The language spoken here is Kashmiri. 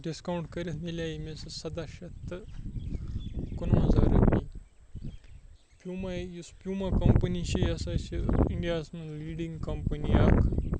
ڈِسکاوُنٛٹ کٔرِتھ مِلیٛاے مےٚ سُہ سَداہ شَتھ تہٕ کُنوَنٛزاہ رۄپیہِ پیوٗما یُس پیوٗما کَمپٔنی چھِ یہِ ہَسا چھِ اِنڈیاہَس منٛز لیٖڈِنٛگ کَمپٔنی اَکھ